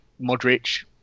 Modric